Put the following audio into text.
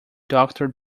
doctor